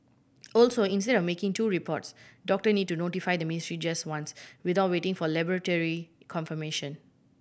also instead of making two reports doctor need to notify the ministry just once without waiting for laboratory confirmation